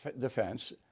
defense